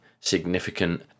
significant